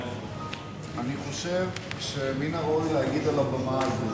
אני חושב שמן הראוי להגיד על הבמה הזאת,